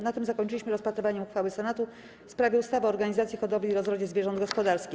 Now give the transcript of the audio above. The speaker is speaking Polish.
Na tym zakończyliśmy rozpatrywanie uchwały Senatu w sprawie ustawy o organizacji hodowli i rozrodzie zwierząt gospodarskich.